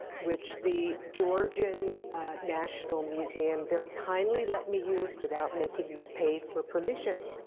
which the georgian national museum very kindly let me use without making me pay for permission.